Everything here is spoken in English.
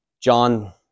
John